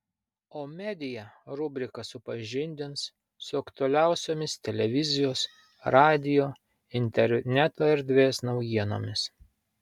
o media rubrika supažindins su aktualiausiomis televizijos radijo interneto erdvės naujienomis